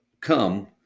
come